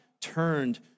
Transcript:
turned